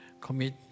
commit